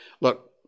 Look